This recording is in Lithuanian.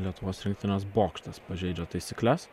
lietuvos rinktinės bokštas pažeidžia taisykles